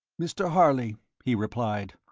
mr. harley, he replied,